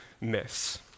myths